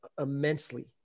immensely